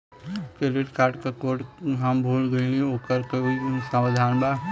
Credit card क code हम भूल गइली ओकर कोई समाधान बा?